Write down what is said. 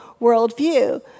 worldview